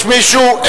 יש מישהו?